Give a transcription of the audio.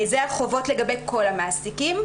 אלה החובות לגבי כל המעסיקים.